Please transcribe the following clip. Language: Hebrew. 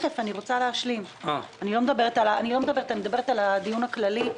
אני מדברת על הדיון הכללי,